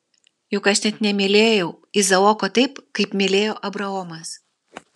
juk aš net nemylėjau izaoko taip kaip mylėjo abraomas